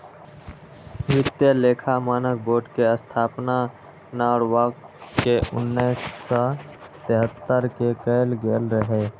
वित्तीय लेखा मानक बोर्ड के स्थापना नॉरवॉक मे उन्नैस सय तिहत्तर मे कैल गेल रहै